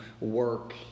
work